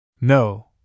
No